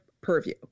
purview